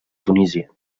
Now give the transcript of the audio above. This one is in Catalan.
tunísia